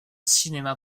cinéma